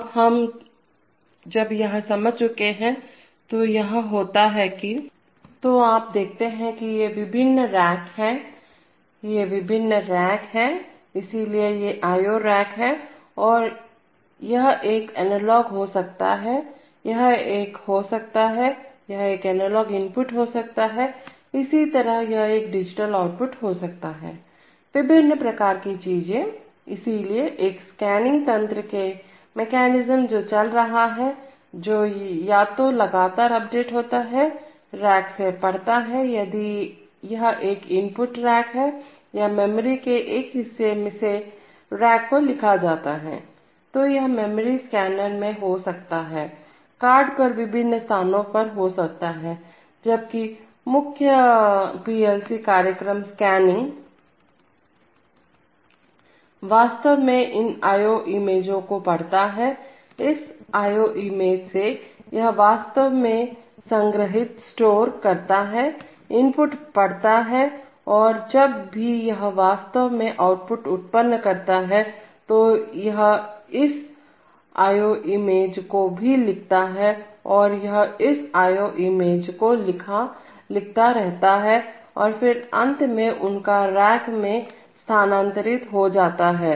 अब जब हम यहां समझ चुके हैं यह होता है कि तो आप देखते हैं कि ये विभिन्न रैक हैं ये विभिन्न रैक हैं इसलिए ये IO रैक हैं यह एक एनालॉग हो सकता है यह एक हो सकता है यह एक एनालॉग इनपुट हो सकता है इसी तरह यह एक डिजिटल आउटपुट हो सकता है विभिन्न प्रकार की चीजें इसलिए एक स्कैनिंग तंत्र मेकैनिज्म जो चल रहा है जो या तो लगातार अपडेट होता है रैक से पढ़ता है यदि यह एक इनपुट रैक है या मेमोरी के एक हिस्से से रैक को लिखता है तो यह मेमोरी स्कैनर में हो सकता है कार्ड पर विभिन्न स्थानों पर हो सकता है जबकि एक मुख्य पीएलसी कार्यक्रम स्कैनिंग वास्तव में इन IO इमेज को पढ़ता है इस IO इमेज से यह वास्तव में संग्रहीत स्टोर करता है इनपुट पढ़तारीड है और जब भी यह वास्तव में आउटपुट उत्पन्न करता है तो यह इस IO इमेज को भी लिखता है और यह इस IO इमेज को लिखता रहता है और फिर अंत में उनका रैक मैं स्थानांतरण हो जाता है